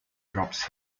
drops